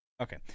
Okay